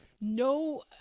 no